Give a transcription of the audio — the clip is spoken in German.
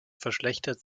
verschlechtert